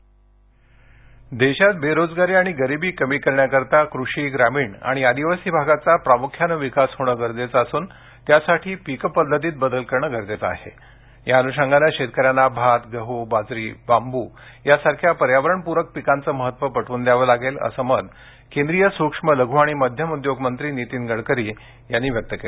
नितीन गडकरी देशात बेरोजगारी आणि गरिबी कमी करण्याकरता कृषि ग्रामीण आणि आदिवासी भागाचा प्रामुख्याने विकास होण गरजेच असून त्यासाठी पीक पध्दतीत बदल करणे गरजेच आहे त्यासाठी शेतकर्यांना भात गहू बाजरी बांबू यासारख्या पर्यावरण पूरक पिकांच महत्व पटवून द्याव लागेल असं मत सूक्ष्म लघु आणि मध्यम उद्योग मंत्री नितीन गडकरी यांनी व्यक्त केलं